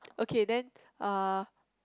okay then uh